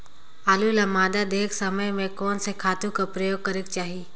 आलू ल मादा देहे समय म कोन से खातु कर प्रयोग करेके चाही?